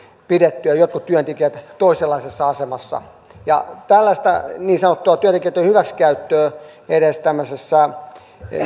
pidettyä jotkut työntekijät toisenlaisessa asemassa tällainen niin sanottu työntekijöitten hyväksikäyttö edes tämmöisissä